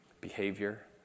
behavior